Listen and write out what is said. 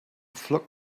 flock